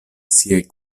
siaj